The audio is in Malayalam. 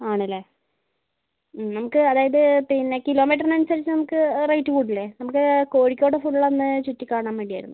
ആണല്ലേ നമുക്ക് അതായത് പിന്നെ കിലോമീറ്ററിന് അനുസരിച്ചും നമുക്ക് റേറ്റ് കൂടില്ലേ നമുക്ക് കോഴിക്കോട് ഫുള്ളൊന്ന് ചുറ്റി കാണാൻ വേണ്ടിയായിരുന്നു